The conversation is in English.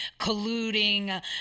colluding